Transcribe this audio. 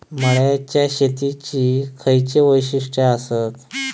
मळ्याच्या शेतीची खयची वैशिष्ठ आसत?